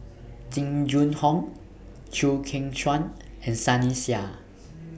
Jing Jun Hong Chew Kheng Chuan and Sunny Sia